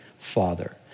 Father